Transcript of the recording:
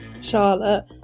Charlotte